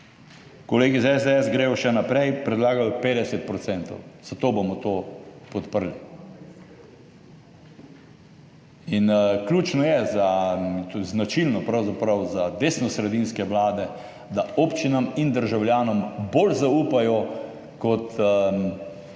Kolegi iz SDS grejo še naprej, predlagajo 50 %, zato bomo to podprli in ključno je za, značilno pravzaprav, za desnosredinske vlade, da občinam in državljanom bolj zaupajo kot vlade